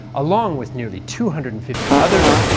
along with nearly two hundred and fifty others,